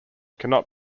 cannot